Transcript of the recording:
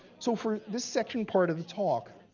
so for this second part of the talk,